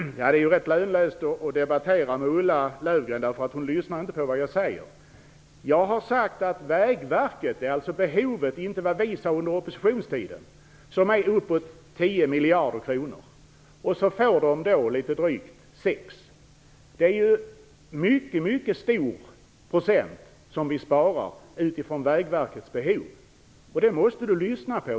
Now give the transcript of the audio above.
Fru talman! Det är rätt lönlöst att debattera med Ulla Löfgren, eftersom hon inte lyssnar på vad jag säger. Jag har sagt att Vägverkets behov, inte vad vi sade under oppositionstiden, uppgår till uppemot 10 miljarder kronor men att det får litet drygt 6 miljarder. Det är en mycket stor besparing i förhållande till Vägverkets behov. Det måste Ulla Löfgren lyssna på.